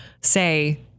say